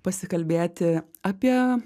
pasikalbėti apie